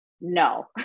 No